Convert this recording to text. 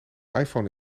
iphone